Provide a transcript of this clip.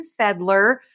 Fedler